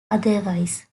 otherwise